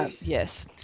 Yes